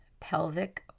pelvic